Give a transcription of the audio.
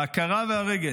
ההכרה והרגש,